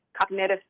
cognitive